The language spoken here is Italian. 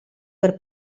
per